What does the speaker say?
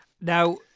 now